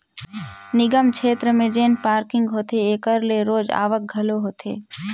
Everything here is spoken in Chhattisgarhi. निगम छेत्र में जेन पारकिंग होथे एकर ले रोज आवक घलो होथे